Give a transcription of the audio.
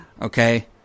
Okay